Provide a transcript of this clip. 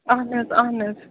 اہن حظ اہن حظ